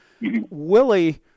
Willie